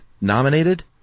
nominated